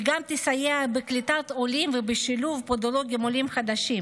היא גם תסייע בקליטת עולים ובשילוב פודולוגים עולים חדשים